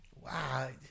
Wow